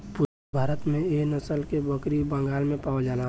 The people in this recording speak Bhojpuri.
पूरबी भारत में एह नसल के बकरी बंगाल में पावल जाला